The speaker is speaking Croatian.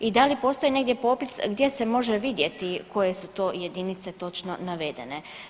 I da li postoji negdje popis gdje se može vidjeti koje su to jedinice točno navedene.